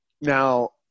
Now